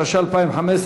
התשע"ה 2015,